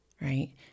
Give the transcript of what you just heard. Right